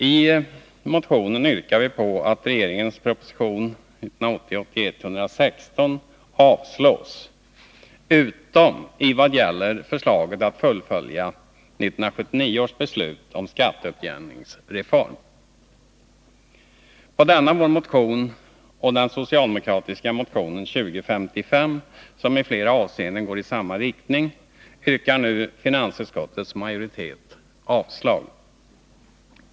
I motionen yrkar vi på att regeringens proposition 1980/81:116 avslås, utom i vad gäller förslaget att fullfölja 1979 års beslut om en skatteutjämningsreform. På denna vår motion och den socialdemokratiska motionen 2055, som i flera avseenden går i samma riktning, yrkar nu finansutskottets majoritet avslag.